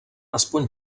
aspoň